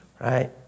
right